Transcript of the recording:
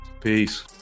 Peace